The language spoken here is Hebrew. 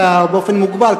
אלא באופן מוגבל,